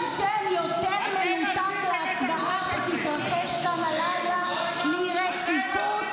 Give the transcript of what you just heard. יש שם יותר מנותק להצבעה שתתרחש כאן הלילה מ"רציפות"?